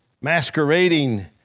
masquerading